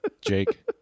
Jake